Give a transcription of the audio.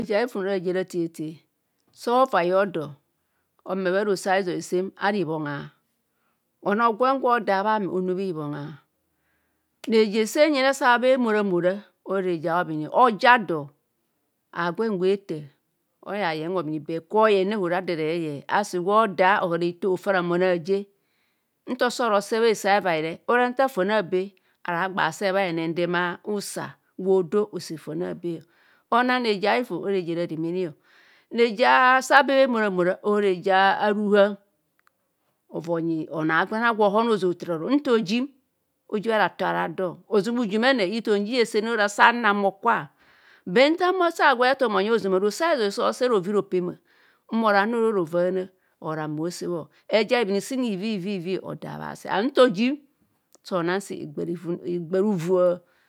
Reje a ivan ora reje. Ratietie sa ovai hodo. Ome bharosoizoi sem. Ara ibhongha. Onoo. Gwem gwo oda bhame. Onu bha ibhonga. Reje sent ene. Sa bhe mo ra mora. Ora reje a. Obhini. Oja do, agwen. Gwe ethaa oya yeng. Hobhini, but kwa oyene. Ora ado ereye, asi gwe oda ohara. Hitho ofa ramon aaje. Nta ora ose bhase. A hevai re ora nta. Fon abe aragba see. Bha henendem usa. Gwe odo ose fon abe. Onang reje radenene. Reje saabe bhe. Emoramora ora reje. A ruhan ova onyi onoo. Agwen gwe ohono ozeng othar oro. Nta ojim, oji bhara tor arao do. Ozama. Ujumene ithom ji izesene ora. Nsa nang bhokwa. But nta ame ase agwe. Ethom onyia eero. Rosoizoi sosee roova. Ropema ma ero ane ma oro. Ovaana ero ame ma ora sebho. Eja hizoi seen hivivivi. Odaa bhasi and nta ojim onang si. Higbaruvua.